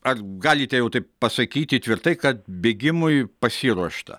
ar galite jau taip pasakyti tvirtai kad bėgimui pasiruošta